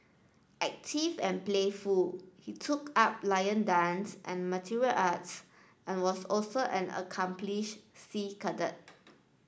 active and playful he took up lion dance and material arts and was also an accomplished sea cadet